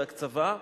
והקצבה,